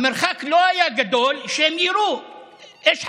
המרחק לא היה גדול שהם יירו אש חיה,